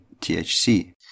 THC